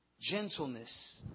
gentleness